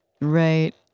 right